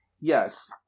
Yes